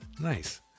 nice